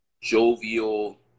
jovial